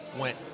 went